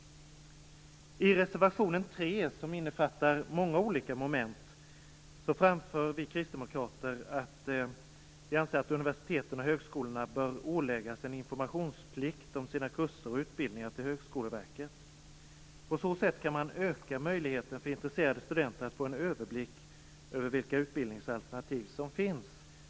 I reservation 3, som innefattar många olika punkter, framför vi kristdemokrater att vi anser att universiteten och högskolorna bör åläggas en informationsplikt om sina kurser och utbildningar till Högskoleverket. På så sätt kan man öka möjligheten för intresserade studenter att få en överblick över vilka utbildningsalternativ som finns.